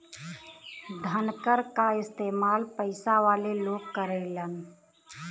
धनकर क इस्तेमाल पइसा वाले लोग करेलन